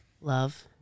Love